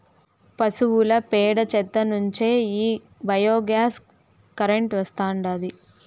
పశువుల పేడ చెత్త నుంచే ఈ బయోగ్యాస్ కరెంటు వస్తాండాది